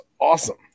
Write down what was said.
awesome